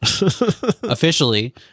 officially